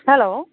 hello